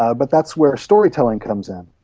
ah but that's where storytelling comes in,